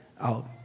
out